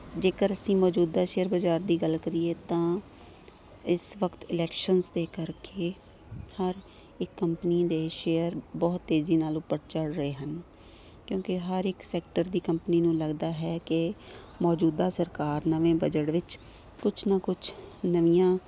ਜੇਕਰ ਅਸੀਂ ਮੌਜੂਦਾ ਸ਼ੇਅਰ ਬਾਜ਼ਾਰ ਦੀ ਗੱਲ ਕਰੀਏ ਤਾਂ ਇਸ ਵਕਤ ਇਲੈਕਸ਼ਨਸ ਦੇ ਕਰਕੇ ਹਰ ਇੱਕ ਕੰਪਨੀ ਦੇ ਸ਼ੇਅਰ ਬਹੁਤ ਤੇਜ਼ੀ ਨਾਲ ਉੱਪਰ ਚੜ ਰਹੇ ਹਨ ਕਿਉਂਕਿ ਹਰ ਇੱਕ ਸੈਕਟਰ ਦੀ ਕੰਪਨੀ ਨੂੰ ਲੱਗਦਾ ਹੈ ਕਿ ਮੌਜੂਦਾ ਸਰਕਾਰ ਨਵੇਂ ਬਜਟ ਵਿੱਚ ਕੁਛ ਨਾ ਕੁਛ ਨਵੀਆਂ